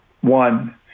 one